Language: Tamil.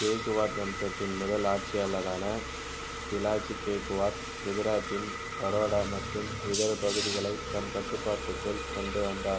கெயிக்வாட் வம்சத்தின் முதல் ஆட்சியாளரான பிலாஜி கெயிக்வாட் குஜராத்தின் பரோடா மற்றும் இதர பகுதிகளை தம் கட்டுப்பாட்டுக்குள் கொண்டுவந்தார்